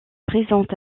présente